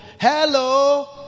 hello